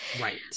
Right